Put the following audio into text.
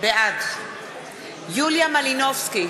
בעד יוליה מלינובסקי,